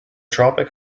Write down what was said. tropic